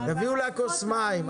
תביאו לה כוס מים.